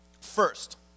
First